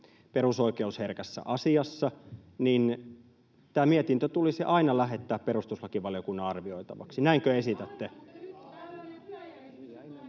perusoikeusherkässä asiassa, niin tämä mietintö tulisi aina lähettää perustuslakivaliokunnan arvioitavaksi. Näinkö esitätte?